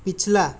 पिछला